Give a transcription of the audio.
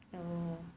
oh